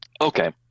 Okay